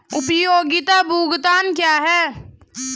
उपयोगिता भुगतान क्या हैं?